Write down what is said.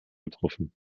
getroffen